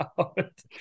out